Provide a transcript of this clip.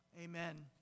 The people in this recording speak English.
amen